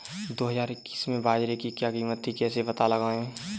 दो हज़ार इक्कीस में बाजरे की क्या कीमत थी कैसे पता लगाएँ?